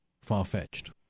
far-fetched